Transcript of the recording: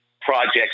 projects